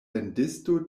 vendisto